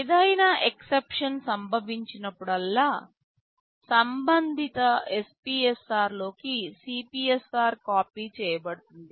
ఏదైనా ఎక్సెప్షన్ సంభవించినప్పుడల్లా సంబంధిత SPSR లోకి CPSR కాపీ చేయబడుతుంది